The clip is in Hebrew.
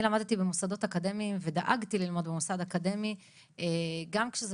אני למדתי במוסדות אקדמיים ודאגתי ללמוד במוסד אקדמי גם כשזה